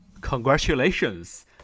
Congratulations